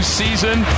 season